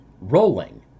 Rolling